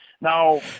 Now